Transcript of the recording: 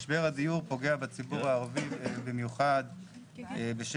משבר הדיור פוגע בציבור הערבי במיוחד בשל